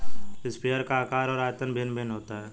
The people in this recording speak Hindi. स्प्रेयर का आकार और आयतन भिन्न भिन्न होता है